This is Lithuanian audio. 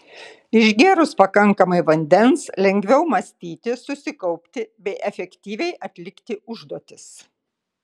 išgėrus pakankamai vandens lengviau mąstyti susikaupti bei efektyviai atlikti užduotis